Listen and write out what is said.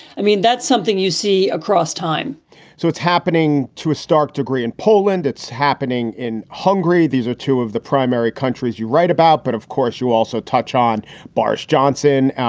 i mean, that's something you see across time so it's happening to a stark degree in poland. it's happening in hungary. these are two of the primary countries you write about. but, of course, you also touch on boris johnson,